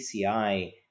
PCI